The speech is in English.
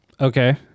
Okay